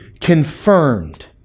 confirmed